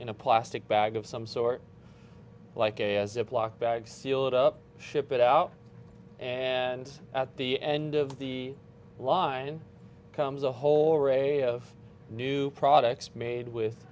in a plastic bag of some sort like a a ziploc bag sealed up ship it out and at the end of the line comes a whole array of new products made with